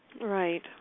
Right